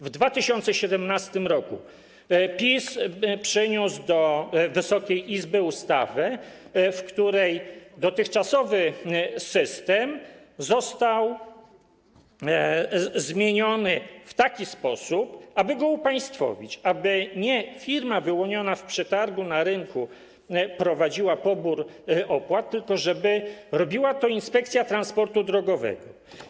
W 2017 r. PiS przyniósł do Wysokiej Izby ustawę, w której dotychczasowy system został zmieniony w taki sposób, aby go upaństwowić, aby nie firma wyłoniona w przetargu na rynku prowadziła pobór opłat, tylko żeby robiła to Inspekcja Transportu Drogowego.